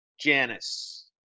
Janice